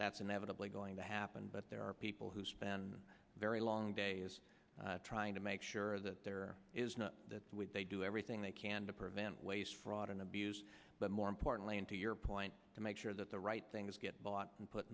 that's inevitably going to happen but there are people who spend very long days trying to make sure that there is not that they do everything they can to prevent waste fraud and abuse but more importantly into your point to make sure that the right things get bought and put